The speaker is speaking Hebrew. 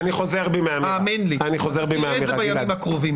תראה את זה בימים הקרובים.